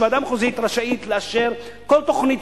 שוועדה מחוזית רשאית לאשר כל תוכנית